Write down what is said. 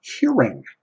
hearing